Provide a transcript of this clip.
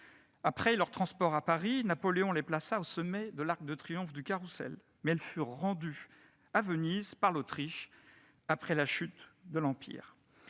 Après leur transport à Paris, Napoléon les plaça au sommet de l'arc de triomphe du Carrousel, mais elles furent rendues à Venise par l'Autriche après la chute de l'Empire.